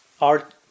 art